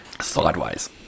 Sideways